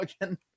Again